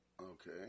Okay